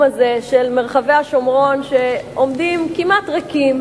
הזה של מרחבי השומרון שעומדים כמעט ריקים,